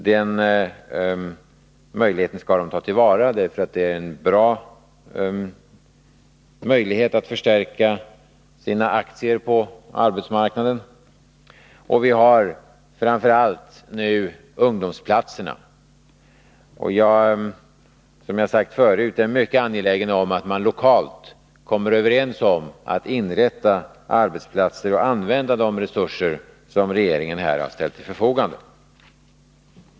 Den möjligheten skall de ta till vara, för det är en bra möjlighet att förstärka sina aktier på arbetsmarknaden. Framför allt har vi nu ungdomsplatserna. Som jag har sagt förut är jag mycket angelägen om att man lokalt kommer överens om att inrätta ungdomsarbetsplatser och använda de resurser som regeringen har ställt till förfogande.